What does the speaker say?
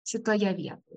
šitoje vietoje